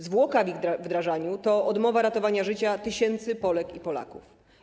Zwłoka w ich wdrażaniu to odmowa ratowania życia tysięcy Polek i Polaków.